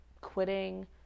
quitting